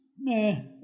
meh